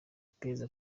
iperereza